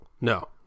No